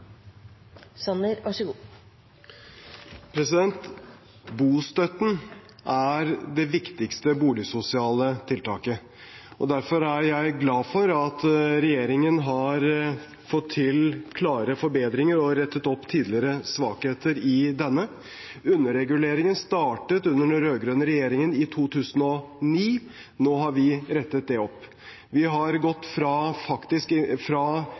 til det, så jeg håper at flere vil støtte forslaget fra Arbeiderpartiet. Bostøtten er det viktigste boligsosiale tiltaket, og derfor er jeg glad for at regjeringen har fått til klare forbedringer og rettet opp tidligere svakheter i denne. Underreguleringen startet under den rød-grønne regjeringen, i 2009. Nå har vi rettet det opp. Vi har gått fra ligningsinntekt til faktisk